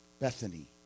Bethany